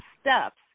steps